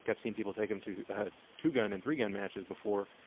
yeah i've seen people take them to two gun and three gun matches before.